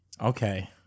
Okay